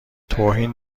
توهین